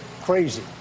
crazy